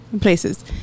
places